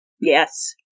Yes